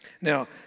Now